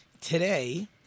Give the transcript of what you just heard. Today